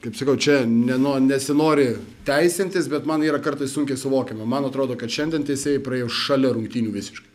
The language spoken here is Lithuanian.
kaip sakau čia ne nesinori teisintis bet man yra kartais sunkiai suvokiama man atrodo kad šiandien teisėjai praėjo šalia rungtynių visiškai